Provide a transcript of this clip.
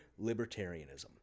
libertarianism